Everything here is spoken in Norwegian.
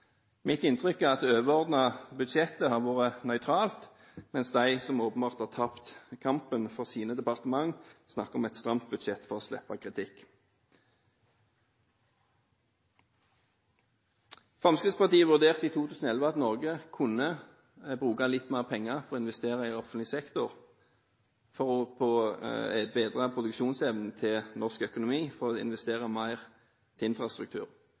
Mitt inntrykk er at det overordnede budsjettet har vært nøytralt, mens de som åpenbart har tapt kampen for sine departementer, snakker om et stramt budsjett for å slippe kritikk. Fremskrittspartiet vurderte det slik i 2011 at Norge kunne bruke litt mer penger på å investere i offentlig sektor for å bedre produksjonsevnen i norsk økonomi, og investere mer i infrastruktur.